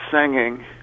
singing